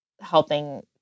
helping